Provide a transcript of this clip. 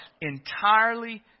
entirely